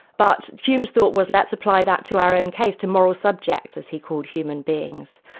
but hume's thought was let's apply that to our own case, to moral subjects' as he called human beings.